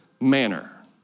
manner